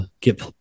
get